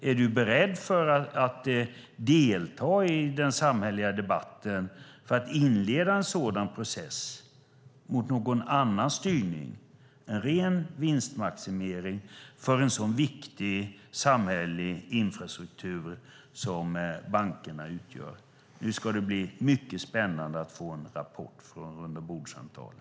Är du beredd att delta i den samhälleliga debatten för att inleda en sådan process mot någon annan styrning än en ren vinstmaximering för en sådan viktig samhällelig infrastruktur som bankerna utgör? Nu ska det bli mycket spännande att få en rapport från rundabordssamtalen.